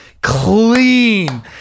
clean